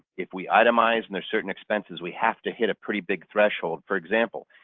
if we itemize, and there's certain expenses we have to hit a pretty big threshold, for example,